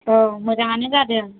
औ मोजाङानो जादों